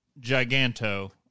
giganto